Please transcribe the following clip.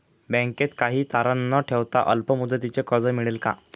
बँकेत काही तारण न ठेवता अल्प मुदतीचे कर्ज मिळेल का?